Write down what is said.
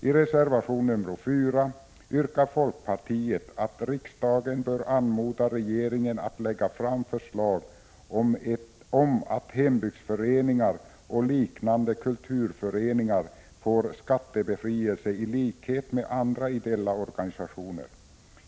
I reservation nr 4 yrkar folkpartiet att riksdagen bör anmoda regeringen att lägga fram förslag om att hembygdsföreningar och liknande kulturföreningar får skattebefrielse i likhet med andra ideella organisationer.